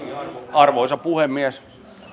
arvoisa puhemies